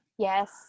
yes